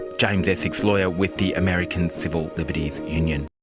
james esseks, lawyer with the american civil liberties union